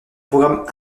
programme